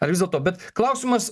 ar vis dėlto bet klausimas